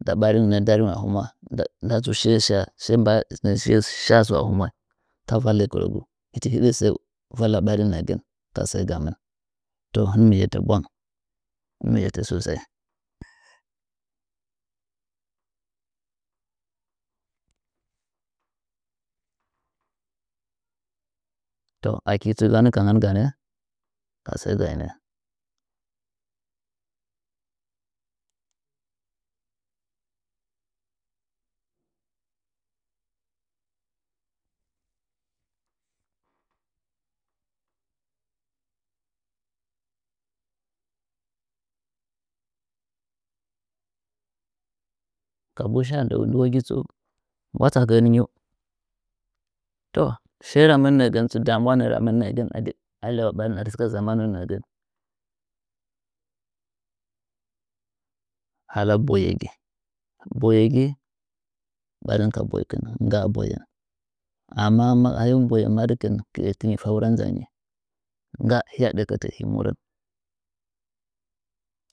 Nda nɚɚ a hɨmwa nda tsu sɚ sha a hɨmwa nda fa lɚ koɗegu hɨchi sɚɚ valla ɓrin tasɚ gamɨn tohɨh yette bwang hɨn mɨ yatta sosai to aki tsu wa kanganganɚ ka sɚ gainɚ kabu sha ndɨwo gi tsu ngwa tsakɚɚn nyiu to shiye ramɨn nɚɚgɚn tsu damuwa ramin adi a lyawa ɓarih a sɨkɚ zamanu wonɚnɚɚ nɚɚgɚn hala boye gi boye gi ɓarin ka boikih nɨngga boyen amma ma hɨm doye madɨkɨn kɨe tɨnyi fa wura nza nyi ngga hɨya ɗɚkɚtɚ hɨ murɚn